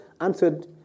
answered